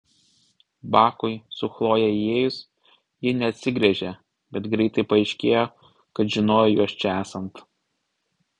bakui su chloje įėjus ji neatsigręžė bet greitai paaiškėjo kad žinojo juos čia esant